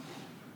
קולע.